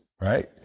right